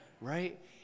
Right